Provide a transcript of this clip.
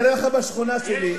אני אראה לך בשכונה שלי,